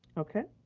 okay,